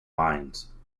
mines